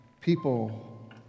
people